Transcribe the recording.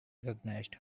recognized